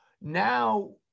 now